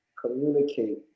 communicate